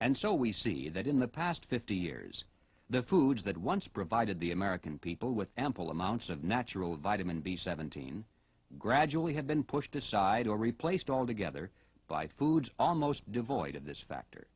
and so we see that in the past fifty years the foods that once provided the american people with ample amounts of natural vitamin b seventeen gradually have been pushed aside or replaced altogether by foods almost devoid of this factor